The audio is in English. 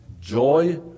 joy